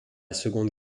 seconde